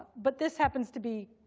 but this happens to be